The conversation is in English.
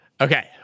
Okay